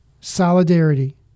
solidarity